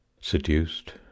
seduced